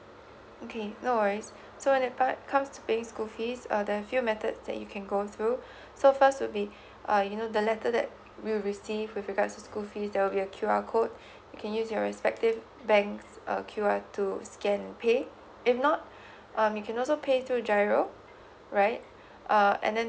okay no worries so when that part comes to paying school fees uh there are few methods that you can go through so first would be uh you know the letter that we'll receive with regards to school fees there will be a Q_R code you can use your respective banks uh Q_R to scan and pay if not um you can also pay through GIRO right uh and then